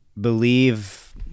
believe